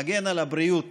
מגן על הבריאות